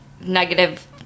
negative